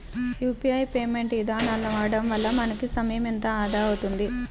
UPI payment ఇదానాలను వాడడం వల్ల మనకి సమయం ఎంతో ఆదా అవుతుంది